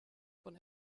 von